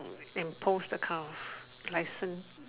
impose that kind of license